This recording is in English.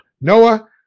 Noah